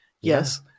yes